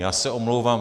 Já se omlouvám.